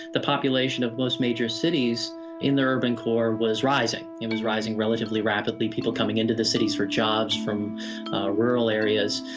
the population of most major cities in the urban core was rising. it was rising relatively rapidly, people coming into the cities for jobs from rural areas.